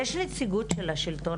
יש נציגות של השלטון